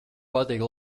patīk